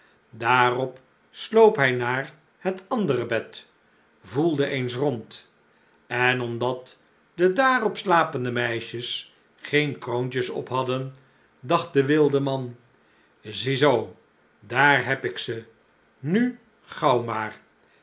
daarop sloop hij naar het andere bed voelde eens rond en omdat de daarop slapende meisjes geen kroontjes op hadden dacht de wildeman zie zoo daar heb ik ze nu gaauw maar